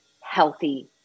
healthy